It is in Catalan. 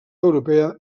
europea